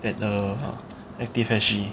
at the ActiveSG